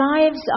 lives